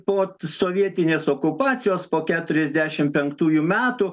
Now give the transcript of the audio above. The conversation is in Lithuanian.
po sovietinės okupacijos po keturiasdešim penktųjų metų